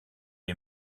est